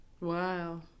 Wow